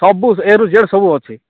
ସବୁ ଏ ରୁ ଜେଡ଼୍ ସବୁ ଅଛି